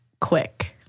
quick